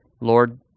Lord